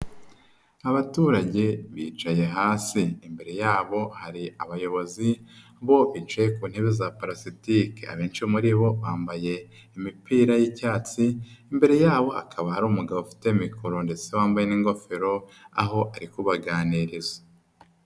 Abaturage bicaye hasi, imbere yabo hari abayobozi bo icaye ku ntebe za palasitike, abenshi muri bo bambaye imipira y'icyatsi imbere yabo hakaba hari umugabo ufite mikoro ndetse wambaye n'ingofero aho ari kubaganiriza.